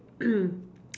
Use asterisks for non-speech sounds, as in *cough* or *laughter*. *noise*